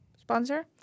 sponsor